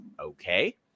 okay